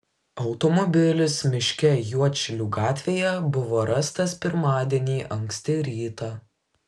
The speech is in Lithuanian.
automobilis miške juodšilių gatvėje buvo rastas pirmadienį anksti rytą